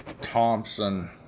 Thompson